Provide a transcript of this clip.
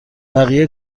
بقیه